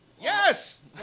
Yes